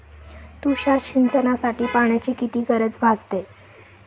तुषार सिंचनासाठी पाण्याची किती गरज भासते?